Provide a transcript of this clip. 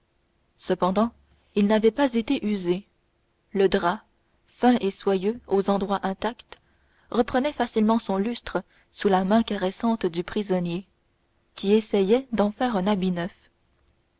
cependant ils n'avaient pas été usés le drap fin et soyeux aux endroits intacts reprenaient facilement son lustre sous la main caressante du prisonnier qui essayait d'en faire un habit neuf